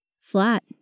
Flat